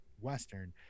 Western